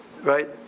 Right